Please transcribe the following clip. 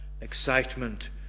excitement